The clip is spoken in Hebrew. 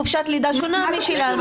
חופשת לידה שונה משלנו,